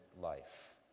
life